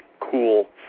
cool